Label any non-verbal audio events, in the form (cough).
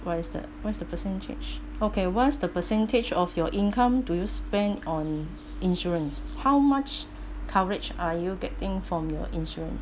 what is the what's the percentage okay what's the percentage of your income do you spend on (breath) insurance how much coverage are you getting from your insurance